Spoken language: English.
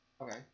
Okay